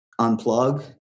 unplug